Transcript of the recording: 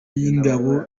y’ingabo